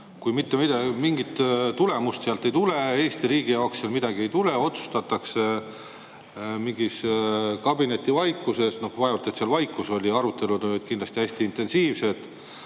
mingit tulemust sealt ei tule, Eesti riigi jaoks sealt midagi ei tule? Otsustatakse kabinetivaikuses – no vaevalt et seal vaikus oli, arutelud olid kindlasti hästi intensiivsed.